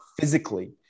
physically